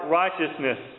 righteousness